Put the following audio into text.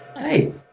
Hey